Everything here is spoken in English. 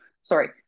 sorry